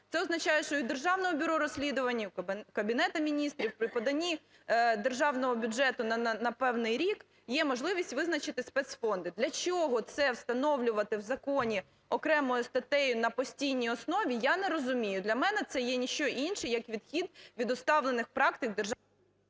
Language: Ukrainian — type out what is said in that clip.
Це означає, що і у Державного бюро розслідувань, і у Кабінету Міністрів при поданні Державного бюджету на певний рік є можливість визначати визначити спецфонди. Для чого це встановлювати в законі окремою статтею на постійній основі, я не розумію. Для мене це є не що інше, як відхід від усталених практик… ГОЛОВУЮЧИЙ.